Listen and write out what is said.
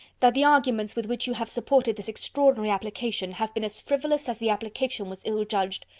that the arguments with which you have supported this extraordinary application have been as frivolous as the application was ill-judged.